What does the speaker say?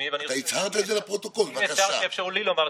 כנסת נכבדה, מכובדיי כולם, כידוע,